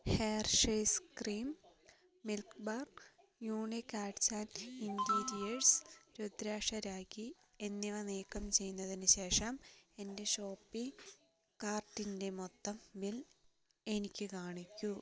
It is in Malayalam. Hershey's cream milk bar unique arts and interiors rudraksha rakhi എന്നിവ നീക്കം ചെയ്യുന്നതിന് ശേഷം എന്റെ ഷോപ്പിംഗ് കാർട്ടിന്റെ മൊത്തം ബിൽ എനിക്ക് കാണിക്കൂ